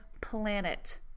planet